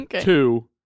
two